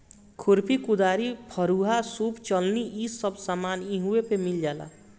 खुरपी, कुदारी, फरूहा, सूप चलनी इ सब सामान इहवा पे मिल जाला